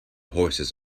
horses